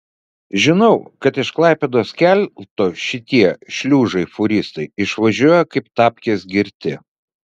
žinau kad iš klaipėdos kelto šitie šliužai fūristai išvažiuoja kaip tapkės girti